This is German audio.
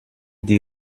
die